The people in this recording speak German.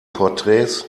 porträts